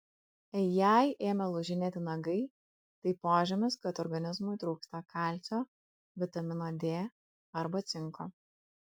jei ėmė lūžinėti nagai tai požymis kad organizmui trūksta kalcio vitamino d arba cinko